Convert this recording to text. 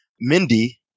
Mindy